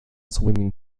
swimming